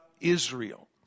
israel